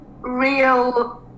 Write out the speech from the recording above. real